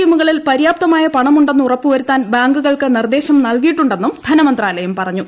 M കളിൽ പര്യാപ്തമായ പണം ഉണ്ടെന്ന് ഉറപ്പുവരുത്താൻ ബാങ്കുകൾക്ക് നിർദ്ദേശം നൽകിയിട്ടുണ്ടെന്നും ധനമന്ത്രാലയം പറഞ്ഞു